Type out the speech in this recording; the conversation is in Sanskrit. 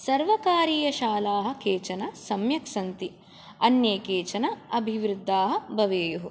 सर्वकारीयशालाः केचन सम्यक् सन्ति अन्ये केचन अभिवृद्धाः भवेयुः